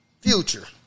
Future